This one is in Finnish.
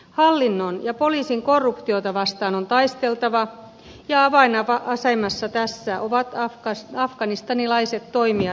hallinnon ja poliisin korruptiota vastaan on taisteltava ja avainasemassa tässä ovat afganistanilaiset toimijat itse